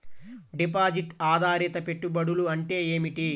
Deposit ఆధారిత పెట్టుబడులు అంటే ఏమిటి?